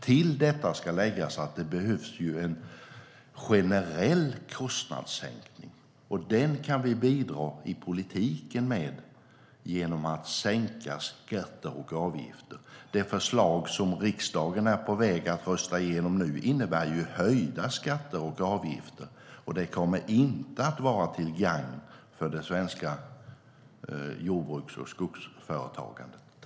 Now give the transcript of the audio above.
Till detta ska läggas att det behövs en generell kostnadssänkning, och den kan vi bidra med i politiken genom att sänka skatter och avgifter. De förslag som riksdagen nu är på väg att rösta igenom innebär ju höjda skatter och avgifter. Det kommer inte att vara till gagn för det svenska jordbruks och skogsföretagandet.